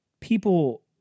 people